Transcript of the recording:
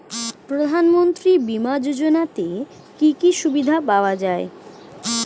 প্রধানমন্ত্রী বিমা যোজনাতে কি কি সুবিধা পাওয়া যায়?